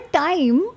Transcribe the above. time